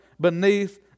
beneath